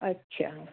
अच्छा